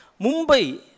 Mumbai